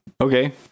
Okay